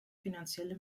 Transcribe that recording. finanzielle